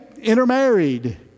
intermarried